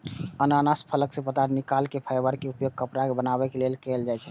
अनानास फलक पात सं निकलल फाइबर के उपयोग कपड़ा बनाबै लेल कैल जाइ छै